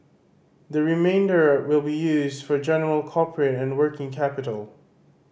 the remainder will be used for general corporate and working capital